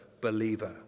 believer